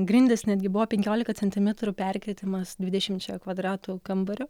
grindys netgi buvo penkiolika centimetrų perkritimas dvidešimčia kvadratų kambario